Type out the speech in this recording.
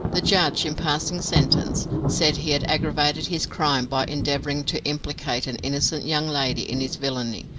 the judge, in passing sentence, said he had aggravated his crime by endeavouring to implicate an innocent young lady in his villany,